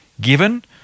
given